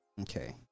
Okay